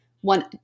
one